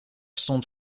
stond